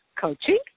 coaching